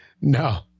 No